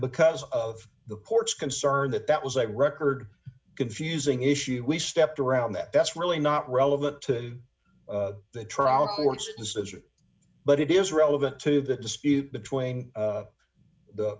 because of the court's concern that that was a record confusing issue we stepped around that that's really not relevant to the trial court's decision but it is relevant to the dispute between